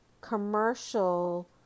commercial